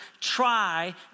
try